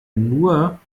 nur